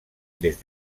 des